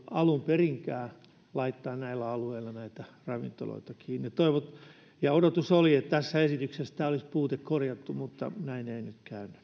alun perinkään mitään syytä laittaa näillä alueilla näitä ravintoloita kiinni ja odotus oli että tässä esityksessä tämä puute olisi korjattu mutta näin ei nyt käynyt